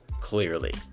clearly